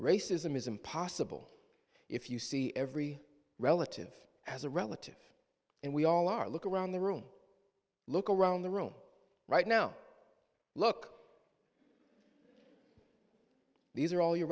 racism is impossible if you see every relative as a relative and we all are look around the room look around the room right now look these are all your